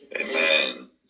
Amen